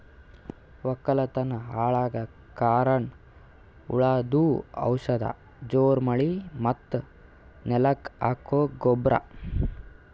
ವಕ್ಕಲತನ್ ಹಾಳಗಕ್ ಕಾರಣ್ ಹುಳದು ಔಷಧ ಜೋರ್ ಮಳಿ ಮತ್ತ್ ನೆಲಕ್ ಹಾಕೊ ಗೊಬ್ರ